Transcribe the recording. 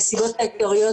המסיבות העיקריות,